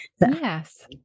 Yes